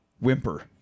Whimper